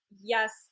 yes